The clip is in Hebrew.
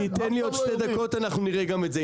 תן לי עוד שתי דקות, אנחנו נראה גם את זה.